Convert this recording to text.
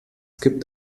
gibt